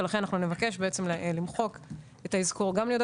ולכן נבקש למחוק את האזכור גם ליהודה